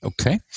Okay